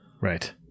Right